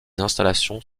installations